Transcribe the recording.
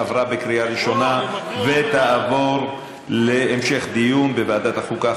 עברה בקריאה ראשונה ותעבור להמשך דיון בוועדת החוקה,